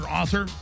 author